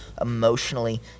emotionally